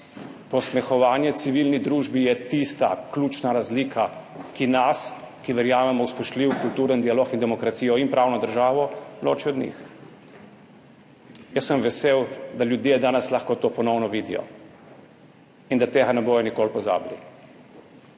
Posmehovanje civilni družbi je tista ključna razlika, ki nas, ki verjamemo v spoštljiv, kulturen dialog in demokracijo in pravno državo, loči od njih. Jaz sem vesel, da ljudje danes lahko to ponovno vidijo in da tega ne bodo nikoli pozabili.